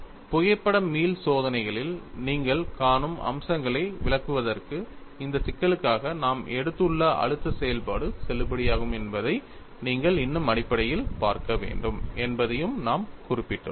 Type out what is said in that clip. புகைப்பட மீள் சோதனைகளில் நீங்கள் காணும் அம்சங்களை விளக்குவதற்கு இந்த சிக்கலுக்காக நாம் எடுத்துள்ள அழுத்த செயல்பாடு செல்லுபடியாகும் என்பதை நீங்கள் இன்னும் அடிப்படையில் பார்க்க வேண்டும் என்பதையும் நாம் குறிப்பிட்டுள்ளோம்